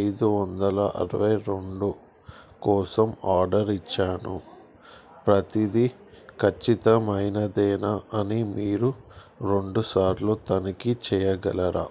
ఐదు వందల అరవై రెండు కోసం ఆర్డర్ ఇచ్చాను ప్రతిదీ ఖచ్చితమైనదేనా అని మీరు రెండు సార్లు తనిఖీ చేయగలరా